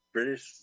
British